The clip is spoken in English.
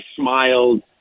smiled